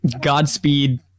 Godspeed